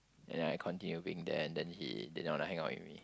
and I continue being there and then he didn't wanna hang out with me